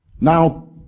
Now